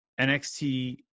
NXT